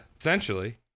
essentially